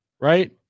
right